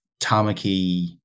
Tamaki